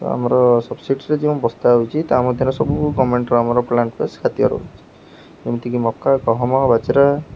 ଆମର ସବସିଡ଼ିରେ ଯେଉଁ ବସ୍ତା ଆଉଛି ତା ମଧ୍ୟରେ ସବୁ ଗର୍ମେଣ୍ଟର ଆମର ପ୍ଳାଣ୍ଟ ବେସ୍ ଖାଦ୍ୟ ରହୁଛି ଯେମିତିକି ମକା ଗହମ ବାଜରା